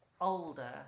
older